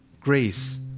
grace